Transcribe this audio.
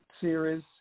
series